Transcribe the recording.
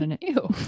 Ew